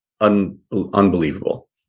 unbelievable